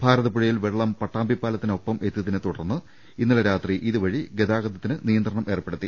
ഭാരതപ്പുഴയിൽ വെള്ളം പട്ടാമ്പിപ്പാലത്തിനു ഒപ്പം എത്തിയ തിനെ തുടർന്ന് ഇന്നലെ രാത്രി ഇതുവഴിയുള്ള ഗതാഗതത്തിനും നിയ ന്ത്രണം ഏർപ്പെടുത്തി